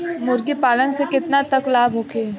मुर्गी पालन से केतना तक लाभ होखे?